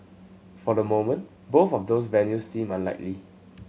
for the moment both of those venues seem unlikely